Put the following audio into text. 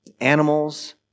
animals